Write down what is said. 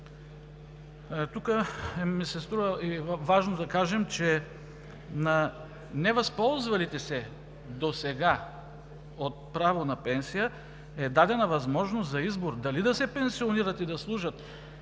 ми се, че е важно да кажа, че на невъзползвалите се досега от право на пенсия им е дадена възможност за избор – дали да се пенсионират и да служат